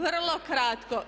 Vrlo kratko.